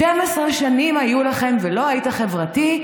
12 שנים היו לכם ולא היית חברתי,